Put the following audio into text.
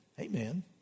Amen